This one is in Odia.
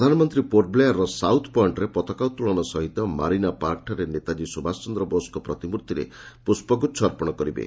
ପ୍ରଧାନମନ୍ତ୍ରୀ ପୋର୍ଟବ୍ଲେୟାର୍ର ସାଉଥ୍ ପଏଷ୍ଟ୍ରେ ପତାକା ଉତ୍ତୋଳନ ସହିତ ମାରିନା ପାର୍କଠାରେ ନେତାଜ୍ଞୀ ସୁଭାଷ ବୋଷ୍ଙ୍କ ପ୍ରତିମୂର୍ଭିରେ ପୁଷ୍ପଗୁଚ୍ଛ ଅର୍ପଣ କରିବେ